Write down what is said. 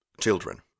children